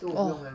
orh